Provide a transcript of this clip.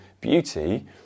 beauty